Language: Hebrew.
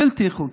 בלתי חוקיים,